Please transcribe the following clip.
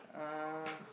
uh